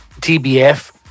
TBF